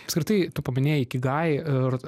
apskritai tu paminėjai ikigai ir